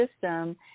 system